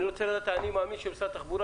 אני רוצה לדעת את ה"אני מאמין" של משרד התחבורה,